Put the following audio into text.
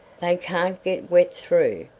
they can't get wet through,